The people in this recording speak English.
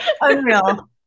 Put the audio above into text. Unreal